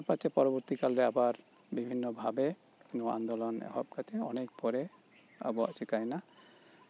ᱛᱟᱨᱯᱚᱨᱮ ᱯᱚᱨᱚᱵᱚᱨᱛᱤ ᱠᱟᱞᱨᱮ ᱟᱵᱟᱨ ᱵᱤᱵᱷᱤᱱᱱᱚ ᱵᱷᱟᱵᱮ ᱱᱚᱶᱟ ᱟᱱᱫᱳᱞᱳᱱ ᱮᱦᱚᱵ ᱠᱟᱛᱮᱫ ᱚᱱᱮᱠ ᱯᱚᱨᱮ ᱟᱵᱚᱣᱟᱜ ᱪᱤᱠᱟᱹᱭᱮᱱᱟ